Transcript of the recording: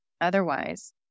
Otherwise